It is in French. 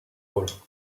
drôles